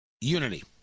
unity